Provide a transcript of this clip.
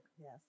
Yes